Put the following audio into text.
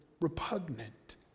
repugnant